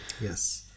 yes